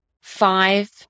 five